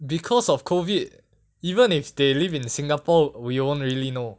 because of COVID even if they live in singapore we won't really know